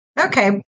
Okay